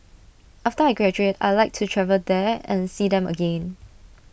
after I graduate I'd like to travel there and see them again